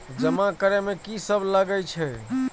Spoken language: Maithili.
जमा करे में की सब लगे छै?